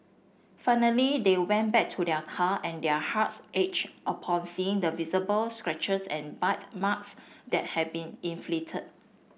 finally they went back to their car and their hearts upon seeing the visible scratches and bite marks that had been inflicted